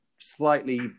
slightly